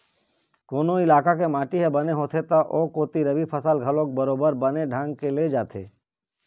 कोनो इलाका के माटी ह बने होथे त ओ कोती रबि फसल घलोक बरोबर बने ढंग के ले जाथे